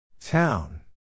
Town